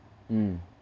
mm